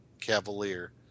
cavalier